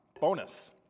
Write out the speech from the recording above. bonus